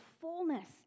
fullness